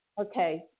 Okay